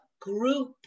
group